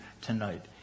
tonight